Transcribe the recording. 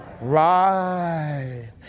Right